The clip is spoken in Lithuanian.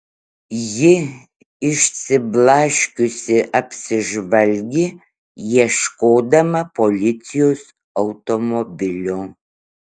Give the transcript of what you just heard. ji išsiblaškiusi apsižvalgė ieškodama policijos automobilio